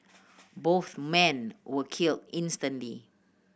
both men were killed instantly